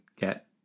get